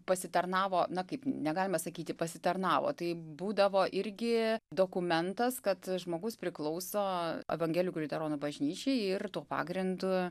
pasitarnavo na kaip negalima sakyti pasitarnavo tai būdavo irgi dokumentas kad žmogus priklauso evangelikų liuteronų bažnyčiai ir tuo pagrindu